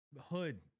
hood